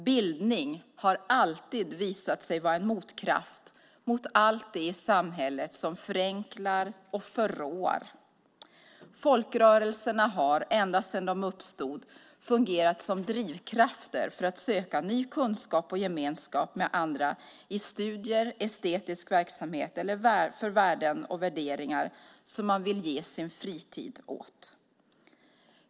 Bildning har alltid visat sig vara en motkraft mot allt det i samhället som förenklar och förråar. Folkrörelserna har, ända sedan de uppstod, fungerat som drivkrafter för att söka ny kunskap och gemenskap med andra i studier, estetisk verksamhet eller för värden och värderingar som man vill ge sin fritid åt.